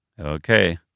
okay